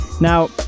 Now